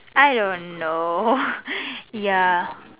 I don't know ya